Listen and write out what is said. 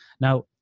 Now